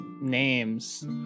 names